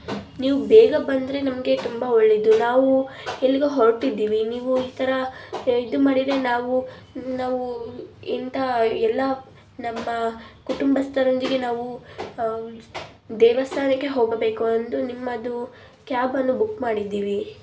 ನೀವು ಬೇಗ ಬಂದರೆ ನಮಗೆ ತುಂಬ ಒಳ್ಳೆಯದು ನಾವು ಎಲ್ಲಿಗೋ ಹೊರಟಿದ್ದೀವಿ ನೀವು ಈ ಥರ ಇದು ಮಾಡಿದ್ರೆ ನಾವು ನಾವು ಇಂತಹ ಎಲ್ಲ ನಮ್ಮ ಕುಟುಂಬಸ್ಥರೊಂದಿಗೆ ನಾವು ದೇವಸ್ಥಾನಕ್ಕೆ ಹೋಗಬೇಕು ಅಂದು ನಿಮ್ಮದು ಕ್ಯಾಬನ್ನು ಬು ಮಾಡಿದ್ದೀವಿ